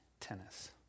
tennis